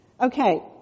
Okay